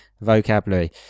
vocabulary